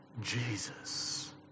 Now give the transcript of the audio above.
Jesus